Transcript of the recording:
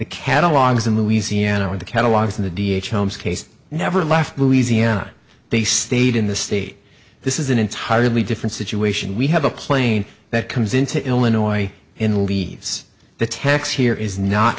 catalogs in louisiana in the catalogs in the d h homes case never left louisiana they stayed in the state this is an entirely different situation we have a plane that comes into illinois in leaves the tax here is not